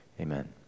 Amen